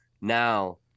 now